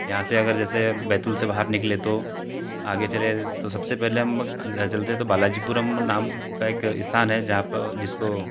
यहाँ से अगर जैसे बैतूल से बाहर निकले तो आगे चले तो सबसे पहले हम अंध्रा चलाते हैं तो बालाजीपुरम नाम का एक स्थान है जहाँ पर जिसको